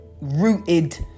rooted